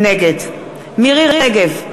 נגד מירי רגב,